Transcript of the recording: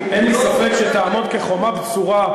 אין ממשלה אחת באירופה שהטילה חרם על ישראל,